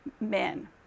men